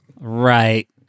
Right